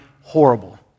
horrible